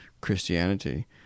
Christianity